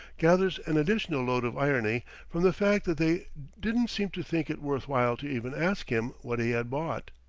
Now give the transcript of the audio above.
gathers an additional load of irony from the fact that they didn't seem to think it worth while to even ask him what he had bought.